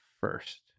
first